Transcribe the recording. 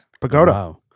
Pagoda